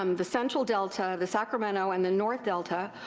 um the central delta, the sacramento, and the north delta,